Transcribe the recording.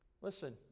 Listen